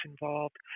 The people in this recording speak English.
involved